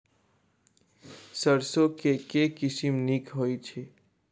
सैरसो केँ के किसिम नीक होइ छै?